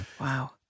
Wow